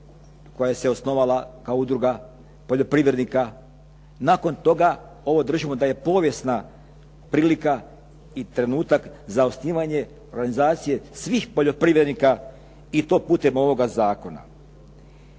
koja se osnovala kao udruga poljoprivrednika. Nakon toga, ovo držimo da je povijesna prilika i trenutak za osnivanje organizacije svih poljoprivrednika i to putem ovoga zakona.